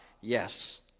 yes